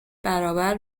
برابر